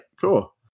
Cool